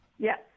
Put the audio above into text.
Yes